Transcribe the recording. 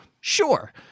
sure